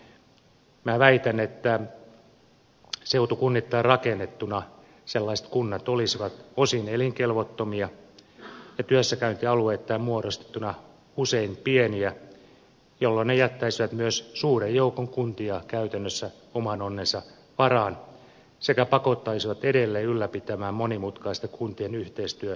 minä väitän että seutukunnittain rakennettuna sellaiset kunnat olisivat osin elinkelvottomia ja työssäkäyntialueittain muodostettuna usein pieniä jolloin ne jättäisivät myös suuren joukon kuntia käytännössä oman onnensa varaan sekä pakottaisivat edelleen ylläpitämään monimutkaista kuntien yhteistyöjärjestelmää